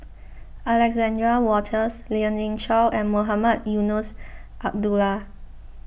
Alexander Wolters Lien Ying Chow and Mohamed Eunos Abdullah